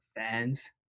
fans